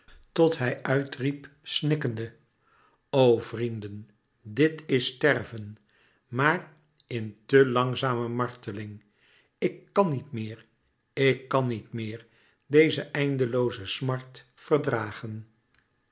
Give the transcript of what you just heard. tot hij uit riep snikkende o vrienden dit is sterven maar in te langzame marteling ik kàn niet meer ik kàn niet meer deze eindelooze smart verdragen